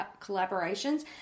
collaborations